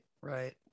right